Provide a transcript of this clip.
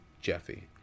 Jeffy